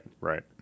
right